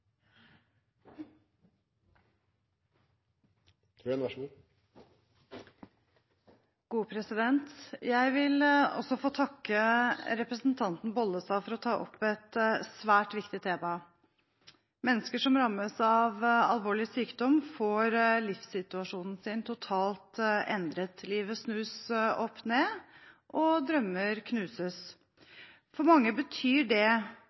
Bollestad for å ta opp et svært viktig tema. Mennesker som rammes av alvorlig sykdom, får livssituasjonen sin totalt endret. Livet snus opp ned, og drømmer knuses. For mange betyr det